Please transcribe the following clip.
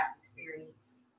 experience